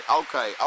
okay